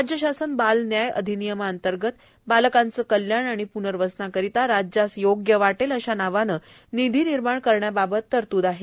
राज्य शासन बाल न्याय अधिनियमांतर्गत बालकांचे कल्याण आणि प्र्नवसनाकरिता राज्यास योग्य वाटेल अशा नावाने निधी निर्माण करण्याबाबत तरतूद आहे